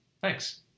Thanks